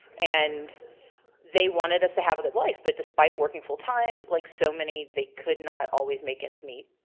and they wanted us to have a good life, but despite working full-time, like so many, they could not always make ends meet.